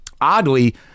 oddly